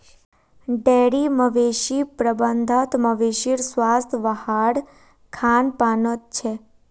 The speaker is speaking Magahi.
डेरी मवेशी प्रबंधत मवेशीर स्वास्थ वहार खान पानत छेक